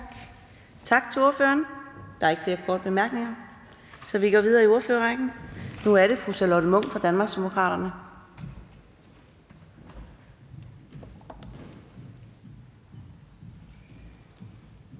Tak til ordføreren. Der er ikke flere korte bemærkninger, så vi går videre i ordførerrækken. Nu er det fru Charlotte Munck fra Danmarksdemokraterne.